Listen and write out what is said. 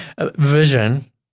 vision